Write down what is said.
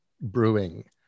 brewing